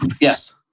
Yes